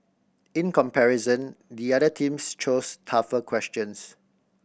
in comparison the other teams chose tougher questions